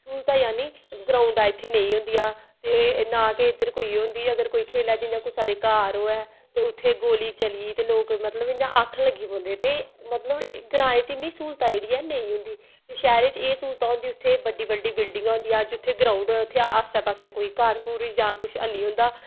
स्हूलतां जानि ग्राउंडां इत्थें नेईं होंदियां ते ना गै इध्दर कोई ओह् होंदी अगर कोई खेल्लै जियां कुसै दे घर होऐ ते उत्थै गोली चली ते लोक मतलव इ'यां आखन लगी पौंदे ते मतलव ग्राएं च इन्नियां स्हूलतां जेह्ड़ियां नेईं होंदी ते शैह्रें च एह् स्हूलतां होंदियां उत्थें बड्डी बड्डी बिलडिंगा होंदियां जित्थें ग्राऊंड होऐ उत्थें आस्सै पास्सै कोई घर घुर जां कुछ ऐनी होंदा